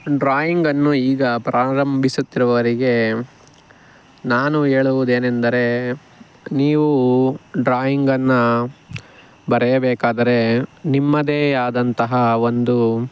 ಡ್ರಾಯಿಂಗನ್ನು ಈಗ ಪ್ರಾರಂಭಿಸುತ್ತಿರುವರಿಗೆ ನಾನು ಹೇಳುವುದೇನೆಂದರೆ ನೀವು ಡ್ರಾಯಿಂಗನ್ನು ಬರೆಯಬೇಕಾದರೆ ನಿಮ್ಮದೇ ಆದಂತಹ ಒಂದು